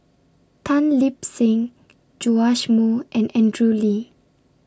Tan Lip Seng Joash Moo and Andrew Lee